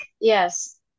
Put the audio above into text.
Yes